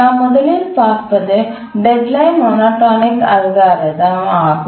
நாம் முதலில் பார்ப்பது டெட்லைன் மோனோடோனிக் அல்காரிதம் ஆகும்